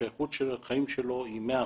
שאיכות החיים שלו היא 100%,